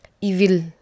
evil